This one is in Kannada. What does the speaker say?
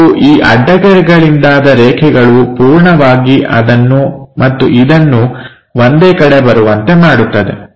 ಮತ್ತು ಈ ಅಡ್ಡಗೆರೆಗಳಿಂದಾದ ರೇಖೆಗಳು ಪೂರ್ಣವಾಗಿ ಅದನ್ನು ಮತ್ತು ಇದನ್ನು ಒಂದೇ ಕಡೆ ಬರುವಂತೆ ಮಾಡುತ್ತದೆ